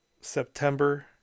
September